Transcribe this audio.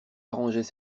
arrangeait